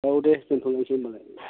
औ दे दोनथ'नोसै होनबालाय